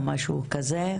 או משהו כזה,